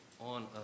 on